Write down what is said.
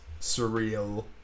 surreal